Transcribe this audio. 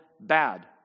bad